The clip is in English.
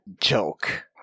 Joke